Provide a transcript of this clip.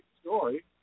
story